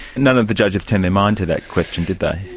none of the judges turned their mind to that question, did they.